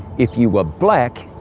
if you were black,